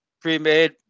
pre-made